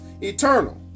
eternal